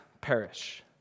perish